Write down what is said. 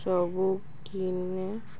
ସବୁଦିନେ